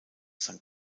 san